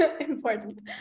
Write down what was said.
important